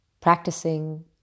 practicing